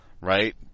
right